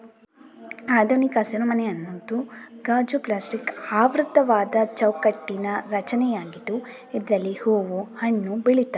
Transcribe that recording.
ಆಧುನಿಕ ಹಸಿರುಮನೆ ಅನ್ನುದು ಗಾಜು, ಪ್ಲಾಸ್ಟಿಕ್ ಆವೃತವಾದ ಚೌಕಟ್ಟಿನ ರಚನೆಯಾಗಿದ್ದು ಇದ್ರಲ್ಲಿ ಹೂವು, ಹಣ್ಣು ಬೆಳೀತಾರೆ